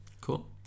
cool